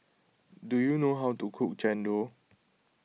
do you know how to cook Chendol